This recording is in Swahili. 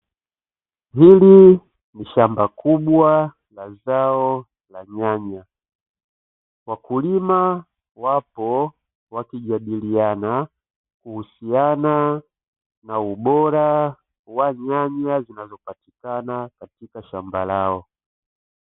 Hili ni shamba kubwa la zao la nyanya. Wakulima wapo wakijadiliana kuhusiana na ubora wa nyanya zinazopatikana katika shamba lao.